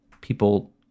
people